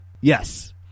Yes